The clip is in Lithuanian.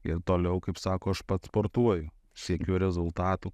ir toliau kaip sako aš pats sportuoju siekiu rezultatų